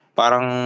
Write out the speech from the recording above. parang